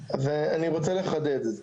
אז אני רוצה לחדד.